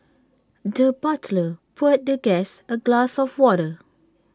the butler poured the guest A glass of water